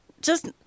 Just-